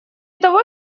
того